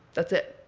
that's it.